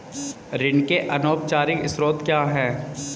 ऋण के अनौपचारिक स्रोत क्या हैं?